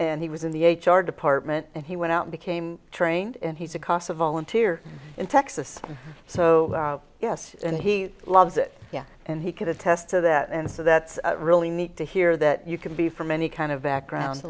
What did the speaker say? and he was in the h r department and he went out became trained and he's a casa volunteer in texas so yes and he loves it yeah and he could attest to that and so that's really neat to hear that you can be from any kind of background